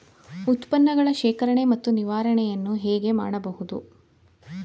ಉತ್ಪನ್ನಗಳ ಶೇಖರಣೆ ಮತ್ತು ನಿವಾರಣೆಯನ್ನು ಹೇಗೆ ಮಾಡಬಹುದು?